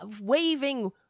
waving